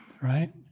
Right